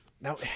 Now